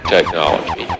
Technology